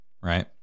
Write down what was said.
right